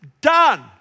done